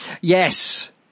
Yes